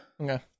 Okay